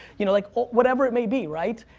you know, like whatever it may be, right?